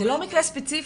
לא מקרה ספציפי.